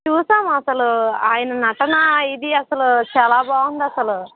చూసావా అస్సలు ఆయన నటన ఇది అస్సలు చాలా బాగుంది అస్సలు